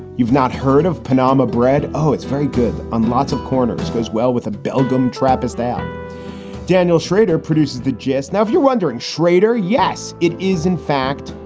you've not heard of panama bread? oh, it's very good on lots of corners. goes well with a belgium trap is that daniel shrader produces the jets. now, if you're wondering shrader. yes, it is, in fact,